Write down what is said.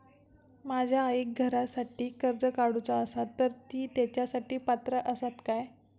माझ्या आईक घरासाठी कर्ज काढूचा असा तर ती तेच्यासाठी पात्र असात काय?